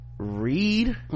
read